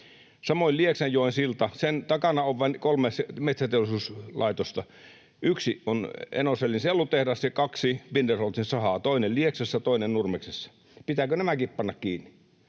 Samoin Lieksanjoen silta. Sen takana on kolme metsäteollisuuslaitosta. Yksi on Enocellin sellutehdas ja kaksi Binderholzin sahaa, toinen Lieksassa, toinen Nurmeksessa. Pitääkö nämäkin panna kiinni?